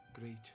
Great